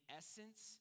essence